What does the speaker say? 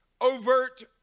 overt